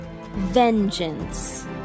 vengeance